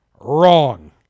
Wrong